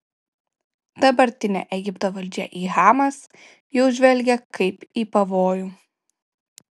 dabartinė egipto valdžia į hamas jau žvelgia kaip į pavojų